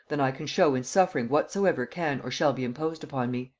than i can show in suffering whatsoever can or shall be imposed upon me.